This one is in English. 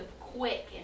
quick